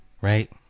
Right